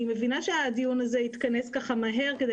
אני מבינה שהדיון הזה התכנס מהר כדי